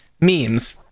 memes